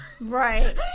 Right